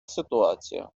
ситуація